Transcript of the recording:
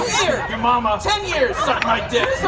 a year. your mamma. ten years. suck my dick.